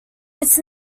its